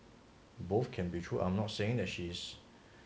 both can be true I'm not saying that she is